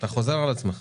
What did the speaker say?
אתה חוזר על דברים שאמרת.